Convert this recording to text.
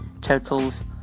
totals